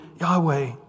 Yahweh